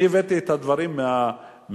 אני הבאתי את הדברים מהתנור,